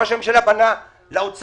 ראש הממשלה פנה לאוצר: